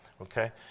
Okay